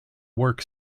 work